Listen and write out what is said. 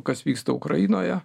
kas vyksta ukrainoje